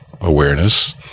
awareness